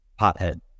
pothead